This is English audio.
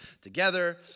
together